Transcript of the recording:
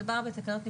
מדובר בתקנות נפרדות.